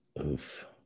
oof